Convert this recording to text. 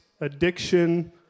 addiction